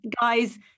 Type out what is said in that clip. guys